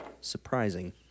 Surprising